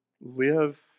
Live